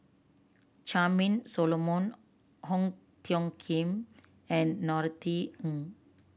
Charmaine Solomon Ong Tiong Khiam and Norothy Ng